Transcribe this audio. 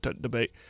debate